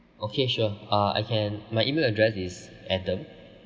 okay sure uh I can my email address is adam